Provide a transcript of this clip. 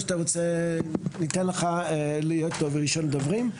ניתן לך להיות ראשון הדוברים,